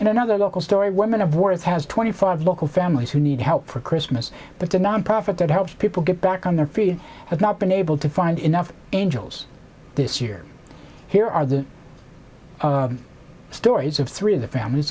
and another local story woman of wars has twenty five local families who need help for christmas but a nonprofit that helps people get back on their free has not been able to find enough angels this year here are the stories of three of the families